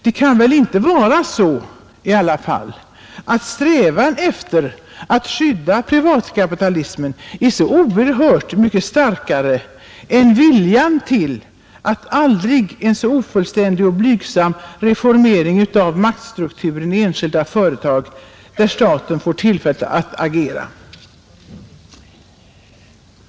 Det kan väl i alla fall inte vara så, att strävan efter att gynna privatkapitalismen är så oerhört mycket starkare än viljan att nå ens en ofullständig och blygsam reformering av maktstrukturen i enskilda företag, när staten får tillfälle att agera?